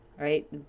right